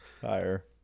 higher